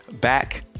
back